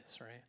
right